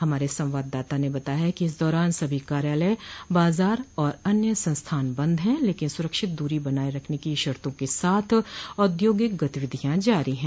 हमारे संवाददाता ने बताया है कि इस दौरान सभी कार्यालय बाजार और अन्य संस्थान बंद हैं लेकिन सुरक्षित दूरी बनाये की शर्तों के साथ औद्योगिक गतिविधियां जारी हैं